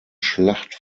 schlacht